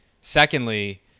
Secondly